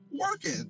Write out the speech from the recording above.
working